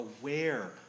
aware